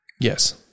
Yes